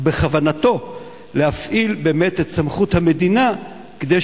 בכוונתו להפעיל באמת את סמכות המדינה כדי